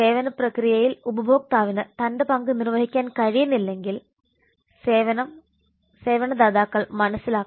സേവന പ്രക്രിയയിൽ ഉപഭോക്താവിന് തന്റെ പങ്ക് നിർവഹിക്കാൻ കഴിയുന്നില്ലെങ്കിൽ സേവനദാതാക്കൾ മനസ്സിലാക്കണം